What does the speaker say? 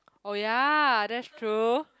oh ya that's true